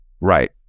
right